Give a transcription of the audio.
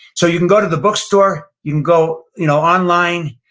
so you can go to the bookstore. you can go you know online.